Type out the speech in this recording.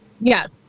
Yes